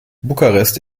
bukarest